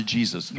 Jesus